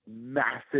massive